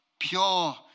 Pure